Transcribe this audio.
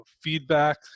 feedback